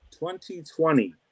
2020